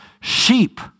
sheep